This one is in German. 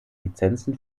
lizenzen